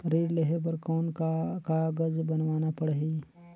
ऋण लेहे बर कौन का कागज बनवाना परही?